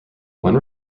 one